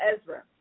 Ezra